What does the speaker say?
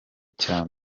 cya